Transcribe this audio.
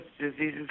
diseases